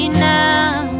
now